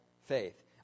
faith